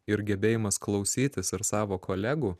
ir gebėjimas klausytis ir savo kolegų